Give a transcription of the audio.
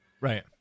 Right